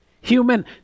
Human